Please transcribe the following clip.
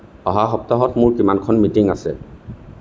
অহা সপ্তাহত মোৰ কিমানখন মিটিং আছে